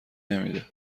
نمیده